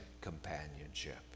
companionship